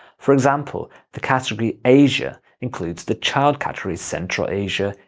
for example, the category asia includes the child categories central asia,